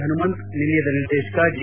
ಹನುಮಂತ್ ನಿಲಯದ ನಿರ್ದೇತಕ ಜಿ